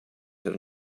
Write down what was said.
have